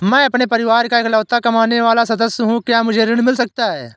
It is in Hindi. मैं अपने परिवार का इकलौता कमाने वाला सदस्य हूँ क्या मुझे ऋण मिल सकता है?